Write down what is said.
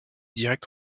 direct